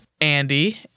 Andy